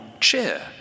cheer